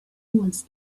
was